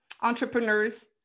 entrepreneurs